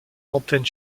antenne